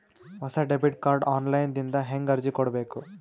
ಹೊಸ debit card online ದಿಂದ ಹೇಂಗ ಅರ್ಜಿ ಕೊಡಬೇಕು?